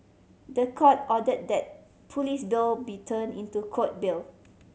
the Court order that police bail be turn into Court bail